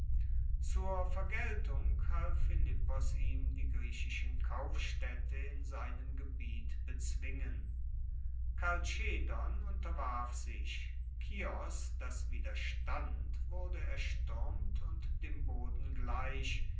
zur vergeltung half philippos ihm die griechischen kaufstaedte in seinem gebiet bezwingen kalchedon unterwarf sich kios das widerstand wurde erstuermt und dem boden gleich